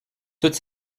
toute